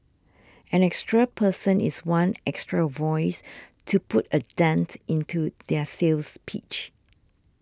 an extra person is one extra voice to put a dent into their sales pitch